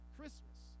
Christmas